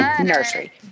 nursery